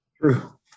True